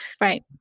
Right